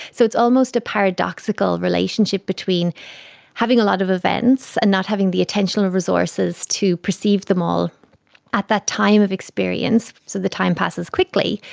so it's almost a paradoxical relationship between having a lot of events and not having the attentional resources resources to perceive them all at that time of experience, so the time passes quickly,